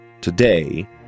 today